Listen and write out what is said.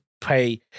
pay